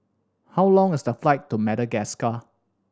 how long is the flight to Madagascar